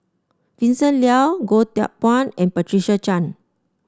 Vincent Leow Goh Teck Phuan and Patricia Chan